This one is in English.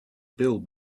bill